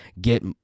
get